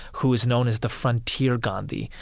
who was known as the frontier gandhi,